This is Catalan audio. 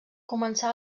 començà